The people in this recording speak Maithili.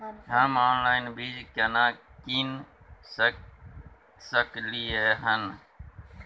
हम ऑनलाइन बीज केना कीन सकलियै हन?